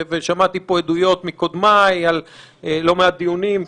ושמעתי פה עדויות מקודמיי על לא מעט דיונים,